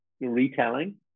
retelling